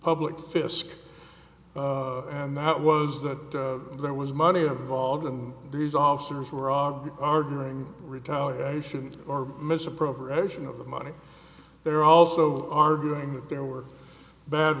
public fisc and that was that there was money involved and these officers were augie arguing retaliation or misappropriation of the money they're also arguing that there were bad